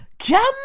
Come